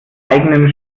eigenen